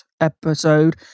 episode